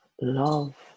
love